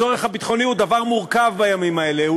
הצורך הביטחוני הוא דבר מורכב בימים האלה.